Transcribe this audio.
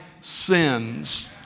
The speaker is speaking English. sins